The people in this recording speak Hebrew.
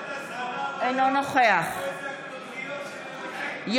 השולמנים מתים, אביר קארה.